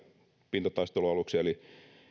pintataistelualuksia eli